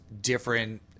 different